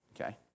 Okay